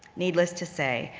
needless to say,